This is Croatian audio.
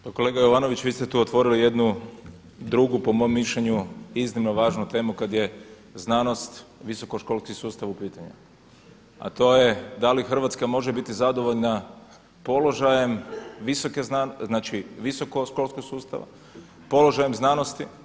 Pa kolega Jovanović, vi ste tu otvorili jednu drugu po mom mišljenju iznimno važnu temu kad je znanost, visoko školski sustav u pitanju, a to je da li Hrvatska može biti zadovoljna položajem znači visoko školskog sustava, položajem znanosti.